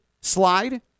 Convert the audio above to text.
slide